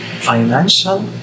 financial